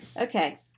Okay